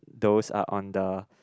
those are on the